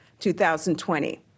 2020